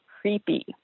creepy